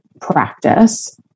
practice